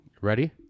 Ready